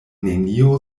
nenio